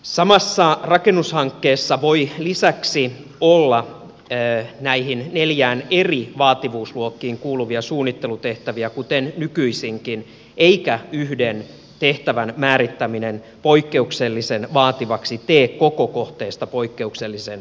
samassa rakennushankkeessa voi lisäksi olla näihin neljään eri vaativuusluokkaan kuuluvia suunnittelutehtäviä kuten nykyisinkin eikä yhden tehtävän määrittäminen poikkeuksellisen vaativaksi tee koko kohteesta poikkeuksellisen vaativaa